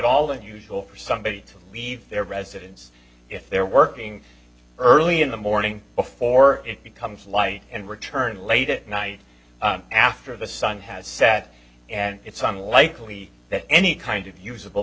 all unusual for somebody to leave their residence if they're working early in the morning before it becomes light and return late at night after the sun has set and it's unlikely that any kind of usable